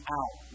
out